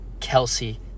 Kelsey